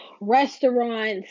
restaurants